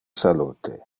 salute